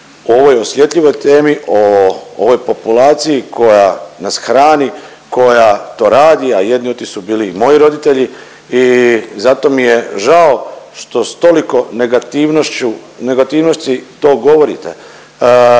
ovoj osjetljivoj temi, o ovoj populaciji koja nas hrani, koja to radi, a jedni od tih su bili i moji roditelji i zato mi je žao što s toliko negativnošću, negativnosti